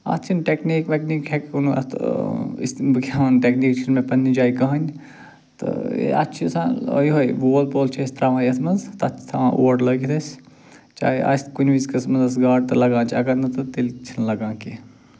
اَتھ چھِنہٕ ٹٮ۪کنیک وٮ۪کنیک ہٮ۪کو نہٕ اَتھ أسۍ تِم بہٕ کیٛاہ وَنہِ ٹٮ۪کنیک چھِنہٕ مےٚ پنٛنہِ جایہِ کٕہیٖنۍ تہٕ یہِ اَتھ چھِ آسان یِہوٚے وول پول چھِ أسۍ ترٛاوان یَتھ منٛز تَتھ چھِ تھاوان اوٹ لٲگِتھ أسۍ چاہے آسہِ کُنہِ وِزِ قٕسمَتَس گاڈ تہٕ لگان چھِ اگر نہٕ تہٕ تیٚلہِ چھِنہٕ لگان کیٚنٛہہ